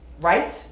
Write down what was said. Right